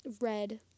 red